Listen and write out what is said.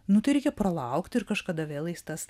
nu tai reikia pralaukt ir kažkada vėl eis tas